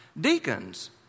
deacons